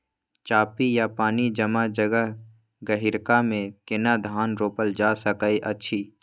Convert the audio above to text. चापि या पानी जमा जगह, गहिरका मे केना धान रोपल जा सकै अछि?